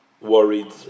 worried